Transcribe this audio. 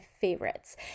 favorites